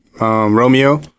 Romeo